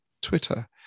Twitter